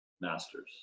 Masters